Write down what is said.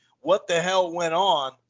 what-the-hell-went-on